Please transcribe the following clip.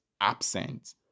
absent